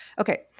okay